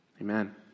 Amen